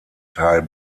teil